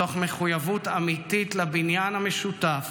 מתוך מחויבות אמיתית לבניין המשותף